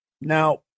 Now